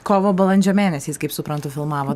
kovo balandžio mėnesiais kaip suprantu filmavot